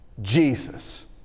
Jesus